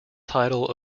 title